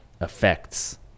effects